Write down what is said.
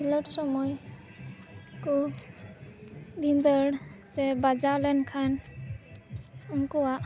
ᱠᱷᱤᱞᱟᱹᱰ ᱥᱚᱢᱚᱭ ᱠᱚ ᱵᱷᱤᱱᱫᱟᱹᱲ ᱥᱮ ᱵᱟᱡᱟᱣ ᱞᱮᱱ ᱠᱷᱟᱱ ᱩᱱᱠᱩᱭᱟᱜ